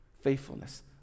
Faithfulness